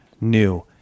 new